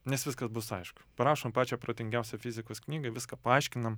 nes viskas bus aišku parašom pačią protingiausią fizikos knygą viską paaiškinam